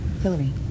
Hillary